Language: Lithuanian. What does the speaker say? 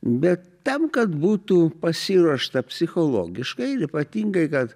bet tam kad būtų pasiruošta psichologiškai ir ypatingai kad